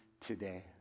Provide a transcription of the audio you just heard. today